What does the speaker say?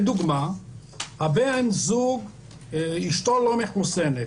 לדוגמה, בן הזוג, אשתו לא מחוסנת